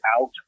out